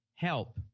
help